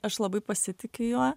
aš labai pasitikiu juo